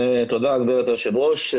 תודה, גברתי היושבת-ראש.